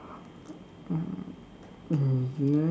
mmhmm